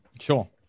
sure